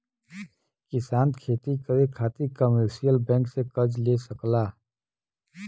किसान खेती करे खातिर कमर्शियल बैंक से कर्ज ले सकला